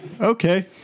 Okay